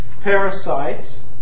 parasites